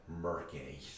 murky